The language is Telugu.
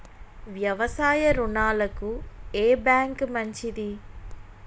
వ్యవసాయ రుణాలకు ఏ బ్యాంక్ మంచిది?